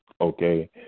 okay